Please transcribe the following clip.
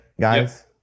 guys